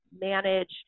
manage